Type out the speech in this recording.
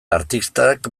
artistak